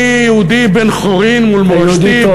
אני יהודי בן חורין, אתה יהודי טוב.